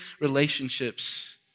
relationships